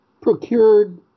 procured